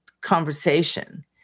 conversation